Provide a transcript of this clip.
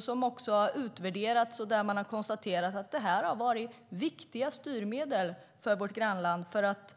Det har också utvärderats, och man har konstaterat att det har varit viktiga styrmedel för vårt grannland för att